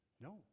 no